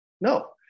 no